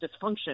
dysfunction